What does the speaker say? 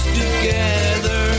together